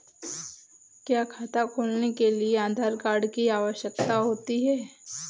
क्या खाता खोलने के लिए आधार कार्ड की आवश्यकता होती है?